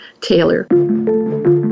Taylor